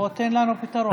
בוא, תן לנו פתרון.